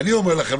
ואני אומר לכם,